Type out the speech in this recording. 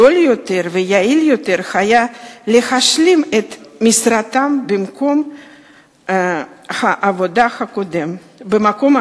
זול יותר ויעיל יותר היה להשלים את משרתם במקום העבודה הקודם.